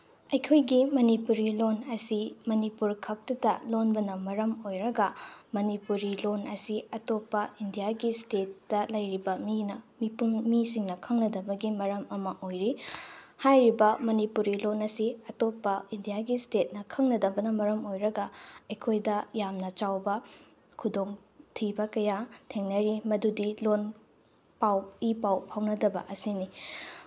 ꯑꯩꯈꯣꯏꯒꯤ ꯃꯅꯤꯄꯨꯔꯤ ꯂꯣꯟ ꯑꯁꯤ ꯃꯅꯤꯄꯨꯔ ꯈꯛꯇꯗ ꯂꯣꯟꯕꯅ ꯃꯔꯝ ꯑꯣꯏꯔꯒ ꯃꯅꯤꯄꯨꯔꯤ ꯂꯣꯟ ꯑꯁꯤ ꯑꯇꯣꯞꯄ ꯏꯟꯗꯤꯌꯥꯒꯤ ꯏꯁꯇꯦꯠꯇ ꯂꯩꯔꯤꯕ ꯃꯤꯅ ꯃꯤꯄꯨꯝ ꯃꯤꯁꯤꯡꯅ ꯈꯪꯅꯗꯕꯒꯤ ꯃꯔꯝ ꯑꯃ ꯑꯣꯏꯔꯤ ꯍꯥꯏꯔꯤꯕ ꯃꯅꯤꯄꯨꯔꯤ ꯂꯣꯟ ꯑꯁꯤ ꯑꯇꯣꯞꯄ ꯏꯟꯗꯤꯌꯥ ꯏꯁꯇꯦꯠꯅ ꯈꯪꯗꯕꯅ ꯃꯔꯝ ꯑꯣꯏꯔꯒ ꯑꯩꯈꯣꯏꯗ ꯌꯥꯝꯅ ꯆꯥꯎꯕ ꯈꯨꯗꯣꯡꯊꯤꯕ ꯀꯌꯥ ꯊꯦꯡꯅꯔꯤ ꯃꯗꯨꯗꯤ ꯂꯣꯟ ꯄꯥꯎ ꯏ ꯄꯥꯎ ꯐꯥꯎꯅꯗꯕ ꯑꯁꯤꯅꯤ